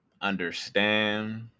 understand